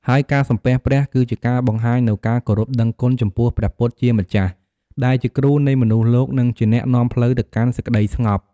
ហើយការសំពះព្រះ គឺជាការបង្ហាញនូវការគោរពដឹងគុណចំពោះព្រះពុទ្ធជាម្ចាស់ ដែលជាគ្រូនៃមនុស្សលោក និងជាអ្នកនាំផ្លូវទៅកាន់សេចក្ដីស្ងប់។